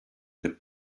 that